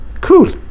cool